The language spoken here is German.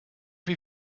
wie